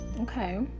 okay